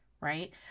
right